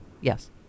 Yes